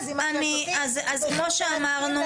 אז כמו שאמרנו,